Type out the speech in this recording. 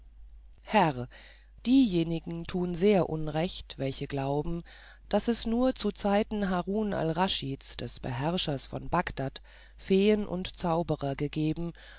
herr diejenigen tun sehr unrecht welche glauben es habe nur zu zeiten haruns al raschid des beherrschers von bagdad feen und zauberer gegeben